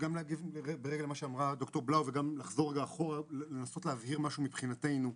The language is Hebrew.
להגיב למה שאמרה ד"ר בלאו וגם לחזור לאחור ולנסות להבהיר משהו מבחינתנו.